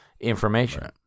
information